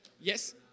Yes